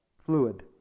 Fluid